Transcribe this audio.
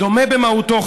דומה במהותו,